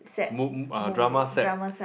mo~ uh drama set